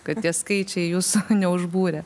kad tie skaičiai jūsų neužbūrė